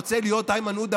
איימן עודה,